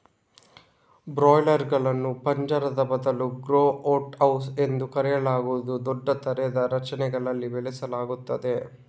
ಬ್ರಾಯ್ಲರುಗಳನ್ನು ಪಂಜರದ ಬದಲು grow out house ಎಂದು ಕರೆಯಲಾಗುವ ದೊಡ್ಡ ತೆರೆದ ರಚನೆಗಳಲ್ಲಿ ಬೆಳೆಸಲಾಗುತ್ತದೆ